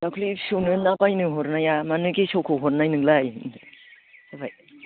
दाख्लै ना बायनो हरनाया मानो गेसावखो हरनाय नोंलाय जाबाय